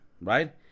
right